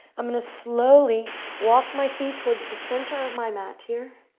i'm going to slowly walk my feet towards the center of my mat here,